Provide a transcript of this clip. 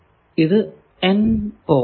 ഇതാണ് N port